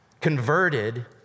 converted